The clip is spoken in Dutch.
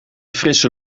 frisse